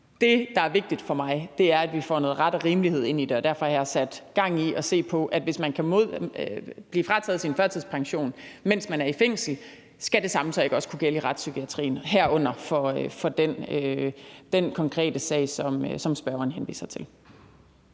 Det, der er vigtigt for mig, er, at vi får noget ret og rimelighed ind i det, og derfor har jeg sat gang i at se på: Hvis man kan blive frataget sin førtidspension, mens man er i fængsel, skal det samme så ikke også kunne gælde i retspsykiatrien, herunder i forhold til den konkrete sag, som spørgeren henviser til?